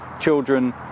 children